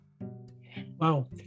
Wow